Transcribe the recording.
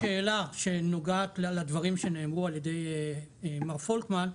רק לשאול שאלה שנוגעת לדברים שנאמרו על ידי מר פולקמן.